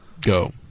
go